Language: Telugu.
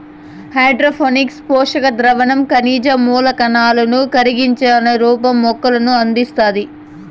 హైడ్రోపోనిక్స్ పోషక ద్రావణం ఖనిజ మూలకాలను కరిగించిన రూపంలో మొక్కలకు అందిస్తాది